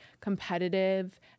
competitive